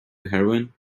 heroin